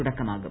തുടക്കമാകും